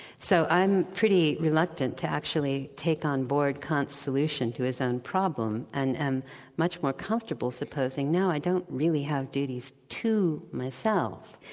so i'm pretty reluctant to actually take on board kant's solution to his own problem, and am much more comfortable supposing, no, i don't really have duties to myself.